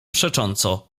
przecząco